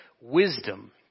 wisdom